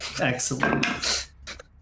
Excellent